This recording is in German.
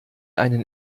einen